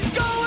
go